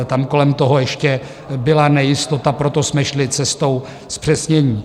Tam kolem toho ještě byla nejistota, proto jsme šli cestou zpřesnění.